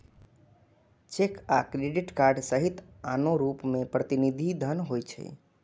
cheque आ credit card सहित आनो रूप मे प्रतिनिधि धन होइ छै